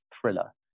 thriller